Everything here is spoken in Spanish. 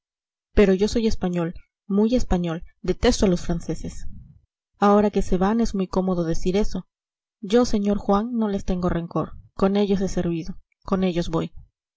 pero yo soy español muy español detesto a los franceses ahora que se van es muy cómodo decir eso yo sr juan no les tengo rencor con ellos he servido con ellos voy